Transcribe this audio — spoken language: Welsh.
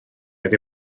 oedd